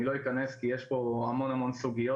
אני לא אכנס כי יש פה המון המון סוגיות,